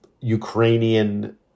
Ukrainian